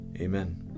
Amen